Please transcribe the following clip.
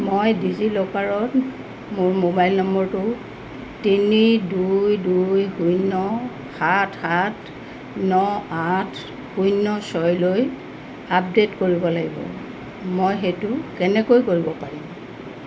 মই ডিজিলকাৰত মোৰ মোবাইল নম্বৰটো তিনি দুই দুই শূন্য সাত সাত ন আঠ শূন্য ছয়লৈ আপডেট কৰিব লাগিব মই সেইটো কেনেকৈ কৰিব পাৰিম